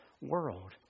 world